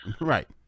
Right